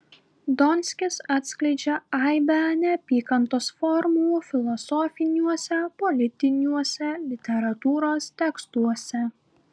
donskis atskleidžia aibę neapykantos formų filosofiniuose politiniuose literatūros tekstuose